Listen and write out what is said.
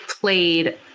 played